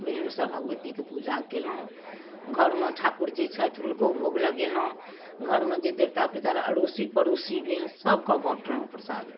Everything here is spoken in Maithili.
प्रेमसँ भगवतीके पूजा कयलहुँ घरमे ठाकुर जी छथि हुनको भोग लगेलहुँ घरमे जे देवता पीतर अड़ोसी पड़ोसी भेल सब कऽ बँटलहुँ प्रसाद रूपमे